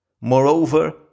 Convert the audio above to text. Moreover